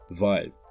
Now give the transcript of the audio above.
vibe